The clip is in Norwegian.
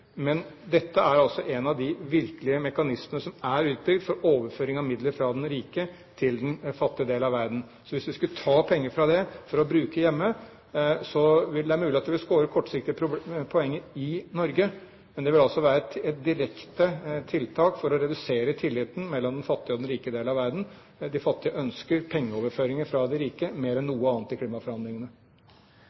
Men dette er altså en av de virkelige mekanismene som er utbygd for overføring av midler fra den rike til den fattige del av verden. Hvis vi skulle ta penger derfra for å bruke hjemme, er det mulig at det ville score kortsiktige poenger i Norge, men det ville altså være et direkte tiltak for å redusere tilliten mellom den fattige og den rike del av verden. De fattige ønsker pengeoverføringer fra de rike mer enn noe annet i klimaforhandlingene.